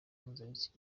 mpuzabitsina